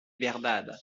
verdad